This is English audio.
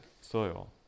soil